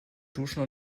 duschen